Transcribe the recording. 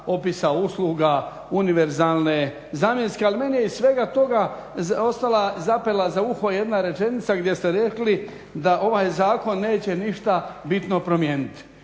opisa usluga univerzalne, zamjenske. Ali meni je iz svega toga ostala, zapela za uho jedna rečenica gdje ste rekli da ovaj zakon neće ništa bitno promijeniti.